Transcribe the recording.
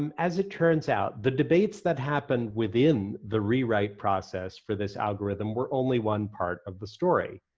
um as it turns out, the debates that happen within the rewrite process for this algorithm were only one part of the story.